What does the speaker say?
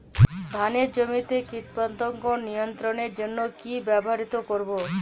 ধানের জমিতে কীটপতঙ্গ নিয়ন্ত্রণের জন্য কি ব্যবহৃত করব?